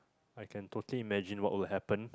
I can totally imagine what will happen